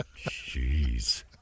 Jeez